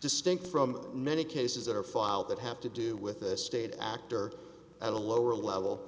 distinct from many cases that are filed that have to do with a state actor at a lower level